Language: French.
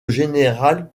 générale